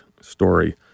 story